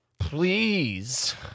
please